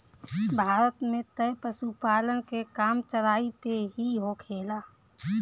भारत में तअ पशुपालन के काम चराई पे ही होखेला